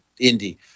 indie